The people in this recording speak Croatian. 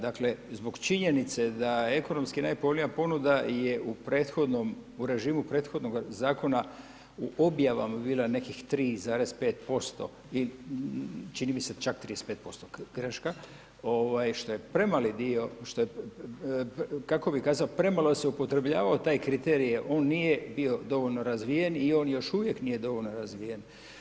Dakle, zbog činjenice da ekonomski najpovoljnija ponuda je u prethodnom, u režimu prethodnoga zakona u objavama bila nekih 3,5% i čini mi se čak 35% greška ovaj što je premali dio, što je kako bi kazao, premalo se upotrebljavao taj kriterij on nije bio dovoljno razvijen i on još uvijek nije dovoljno razvijen.